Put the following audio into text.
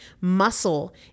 Muscle